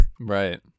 Right